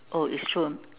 oh it's true